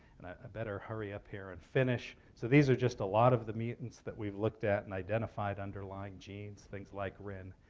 better hurry up here and finish. so these are just a lot of the mutants that we've looked at and identified the underlying genes, things like rin,